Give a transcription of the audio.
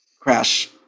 crash